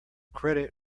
credit